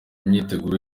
imyiteguro